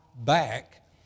back